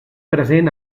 present